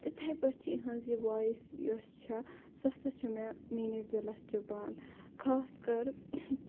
تِتھے پٲٹھۍ چھِ یِہِنٛز یہِ ووٚیِس یۄس چھِ سۄ ہَسا چھِ مےٚ دِلَس چُبان خاص کَر